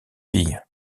filles